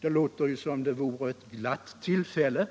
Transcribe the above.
Det låter ju som om det vore ett glatt tillfälle,